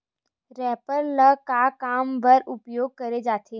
Reaper ल का काम बर उपयोग करे जाथे?